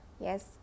Yes